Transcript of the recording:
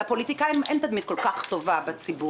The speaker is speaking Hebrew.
לפוליטיקאים אין תדמית כל כך טובה בציבור.